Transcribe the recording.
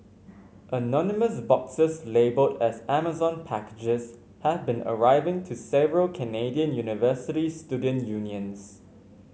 anonymous boxes labelled as Amazon packages have been arriving to several Canadian university student unions